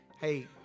Hey